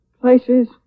Places